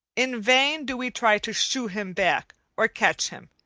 in vain do we try to shoo him back, or catch him.